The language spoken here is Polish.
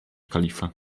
kalifa